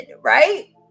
right